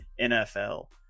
NFL